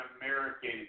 American